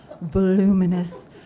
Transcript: voluminous